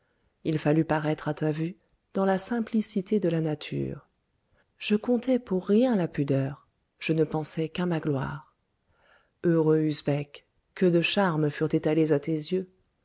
il fallut paroître à ta vue dans la simplicité de la nature je comptai pour rien la pudeur je ne pensai qu'à ma gloire heureux usbek que de charmes furent étalés à tes yeux